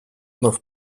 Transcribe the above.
вновь